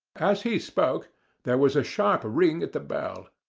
as he spoke there was a sharp ring at the bell.